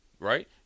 right